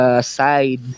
side